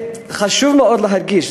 חשוב מאוד להדגיש,